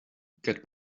get